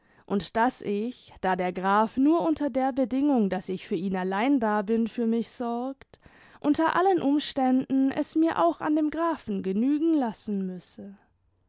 und daß ich da der graf nur unter der bedingung daß ich für ihn allein da bin für mich sorgt unter allen umständen es mir auch an dem grafen genügen lassen müsse